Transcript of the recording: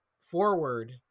forward